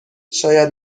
شاید